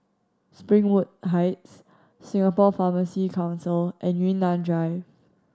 Springwood Heights Singapore Pharmacy Council and Yunnan Drive